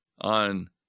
on